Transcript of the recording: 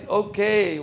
okay